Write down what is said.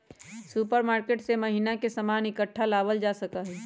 supermarket से महीना के सामान इकट्ठा लावल जा सका हई